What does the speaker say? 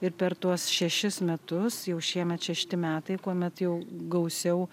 ir per tuos šešis metus jau šiemet šešti metai kuomet jau gausiau